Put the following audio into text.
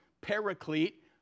paraclete